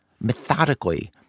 methodically